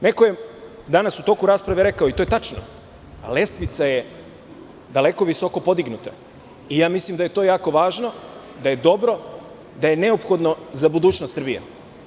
Neko je danas u toku rasprave rekao i to je tačno, lestvica je daleko visoko podignuta i mislim da je to jako važno, da je neophodno za budućnost Srbije.